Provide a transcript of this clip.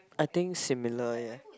I think similar ya